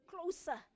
closer